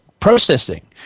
processing